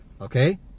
Okay